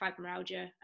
fibromyalgia